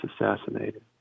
assassinated